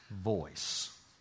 voice